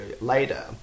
later